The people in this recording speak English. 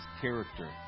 character